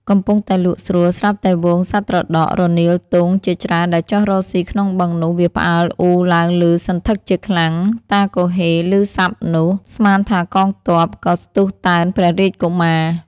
កំពុងតែលក់ស្រួល ស្រាប់តែហ្វូងសត្វត្រដក់ រនៀលទង់ ជាច្រើនដែលចុះរកស៊ីក្នុងបឹងនោះ វាផ្អើលអ៊ូរឡើងឭសន្ធឹកជាខ្លាំង តាគហ៊េឮសព្ទនោះ ស្មានថាកងទ័ព ក៏ស្ទុះតើនព្រះរាជកុមារ។